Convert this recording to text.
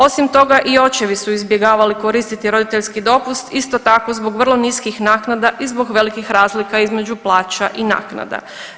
Osim toga i očevi su izbjegavali koristiti roditeljski dopust isto tako zbog vrlo niskih naknada i zbog velikih razlika između plaća i naknada.